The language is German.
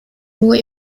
nur